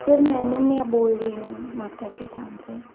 sir मैं अनन्या बोल रही हूँ माता के धाम से